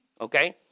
Okay